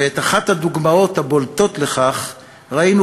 ואת אחת הדוגמאות הבולטות לכך ראינו